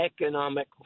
economic